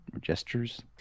gestures